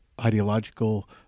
ideological